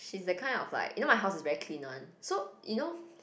she's that kind of like you know my house is very clean one so you know